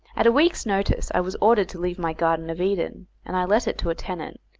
at a week's notice i was ordered to leave my garden of eden, and i let it to a tenant,